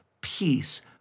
peace